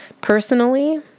Personally